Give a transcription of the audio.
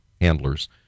handlers